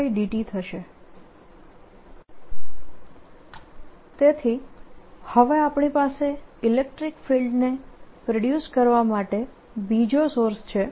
ds B∂t તેથી હવે આપણી પાસે ઇલેક્ટ્રીક ફિલ્ડને પ્રોડ્યુસ કરવા માટે બીજો સોર્સ છે